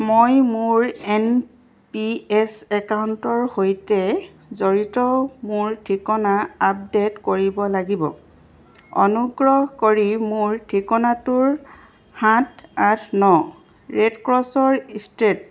মই মোৰ N P S একাউণ্টৰ সৈতে জড়িত মোৰ ঠিকনা আপডেট কৰিব লাগিব অনুগ্ৰহ কৰি মোৰ ঠিকনাটোৰ সাত আঠ ন ৰেড ক্ৰছৰ ষ্ট্ৰীট